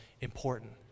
important